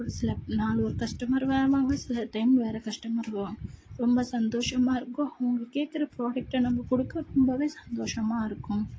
ஒரு சில நாள் ஒரு கஷ்டமர் வருவாங்க சில டைம் வேறு கஷ்டமர் வருவாங்க ரொம்ப சந்தோஷமாக இருக்கும் அவங்க கேட்குற ப்ராடக்ட்டை நம்ம கொடுக்க ரொம்பவே சந்தோஷமாக இருக்கும்